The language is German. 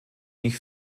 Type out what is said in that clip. ich